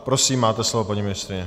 Prosím, máte slovo, paní ministryně.